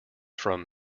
from